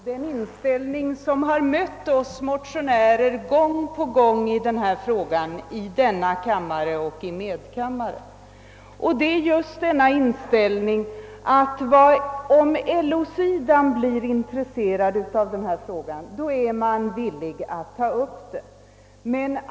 Herr talman! Jag har här redogjort för den inställning som gång på gång har mött oss motionärer i denna fråga här i kammaren och i medkammaren. Det är just denna inställning att om LO sidan blir intresserad av frågan, då är man villig att ta upp den.